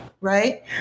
Right